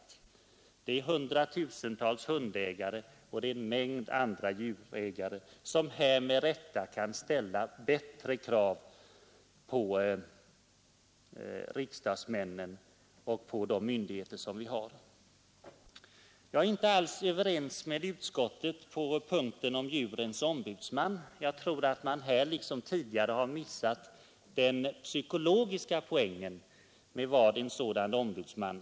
Det innebär att det finns hundratusentals hundägare och en mängd andra djurägare — som med rätta kan ställa större krav på riksdagsmännen och på de myndigheter som har hand om dessa frågor. Jag är inte alls ense med utskottet på punkten om en djurens ombudsman. Jag anser att man nu liksom tidigare har missat den psykologiska poängen med en sådan ombudsman.